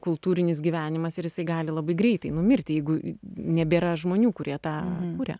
kultūrinis gyvenimas ir jisai gali labai greitai numirti jeigu nebėra žmonių kurie tą kuria